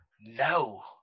No